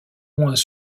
moins